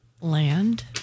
Land